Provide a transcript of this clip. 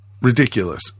Ridiculous